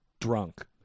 drunk